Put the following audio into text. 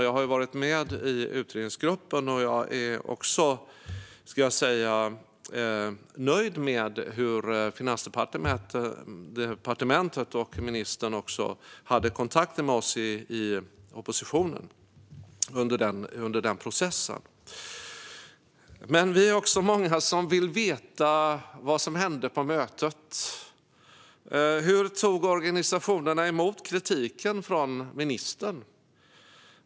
Jag var med i utredningsgruppen, och jag är nöjd med de kontakter som Finansdepartementet och ministern hade med oss i oppositionen under processen. Men vi är också många som vill veta vad som hände på mötet. Hur tog organisationerna emot kritiken från ministern?